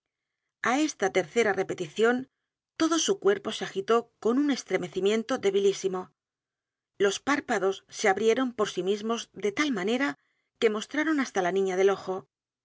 a esta tercera repetición todo su cuerpo se agitó con u n estremecimiento débilísimo los párpados se abrieron por sí mismos de tal manera que mostraron h a s t a la niña del ojo